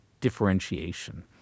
differentiation